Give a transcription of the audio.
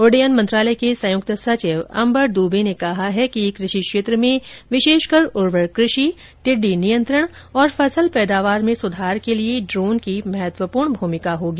उड्डयन मंत्रालय के संयुक्त सचिव अम्बर दुबे ने कहा है कि कृषि क्षेत्र में विशेषकर ऊर्वर कृषि टिड्डी नियंत्रण और फसल पैदावार में सुधार के लिए ड्रोन की महत्वपूर्ण भूमिका होगी